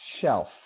Shelf